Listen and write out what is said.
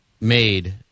made